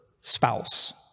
spouse